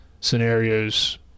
scenarios